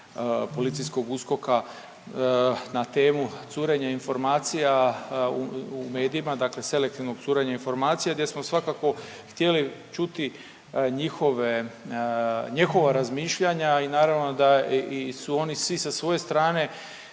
policijskog USKOK-a na temu curenja informacija u medijima, dakle selektivnog curenja informacija gdje smo svako htjeli čuti njihove, njihova razmišljanja i naravno da i su oni svi sa svoje strane